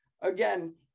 again